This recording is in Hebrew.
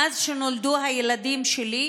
מאז שנולדו הילדים שלי,